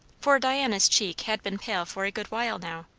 for diana's cheek had been pale for a good while now,